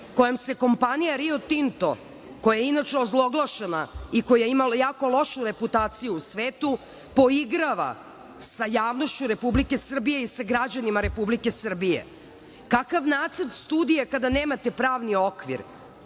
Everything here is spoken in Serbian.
kojom se kompanija "Rio Tinto", koja je inače ozloglašena i koja je imala jako lošu reputaciju u svetu, poigrava sa javnošću Republike Srbije i sa građanima Republike Srbije. Kakav nacrt studije kada nemate pravni okvir?